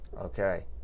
okay